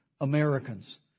Americans